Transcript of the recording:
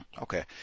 Okay